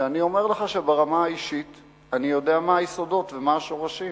כשאני אומר לך שברמה האישית אני יודע מה היסודות ומה השורשים.